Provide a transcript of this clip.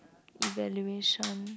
evaluation